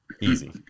Easy